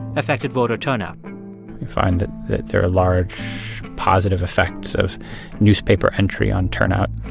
affected voter turnout you find that that there are large positive effects of newspaper entry on turnout.